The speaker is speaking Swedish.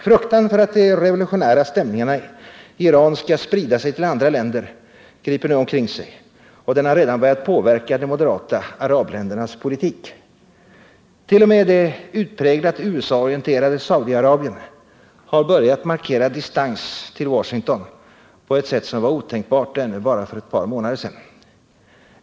Fruktan för att de revolutionära stämningarna i Teheran skall sprida sig till andra länder griper omkring sig, och den har redan börjat påverka de moderata arabländernas politik. T.o.m. det utpräglat USA-orienterade Saudi-Arabien har börjat markera distans till Washington på ett sätt som var otänkbart ännu för ett par månader sedan.